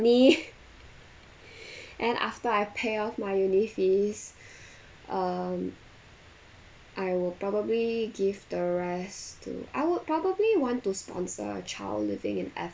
uni and after I pay off my uni fees um I will probably give the rest to I would probably want to sponsor a child living in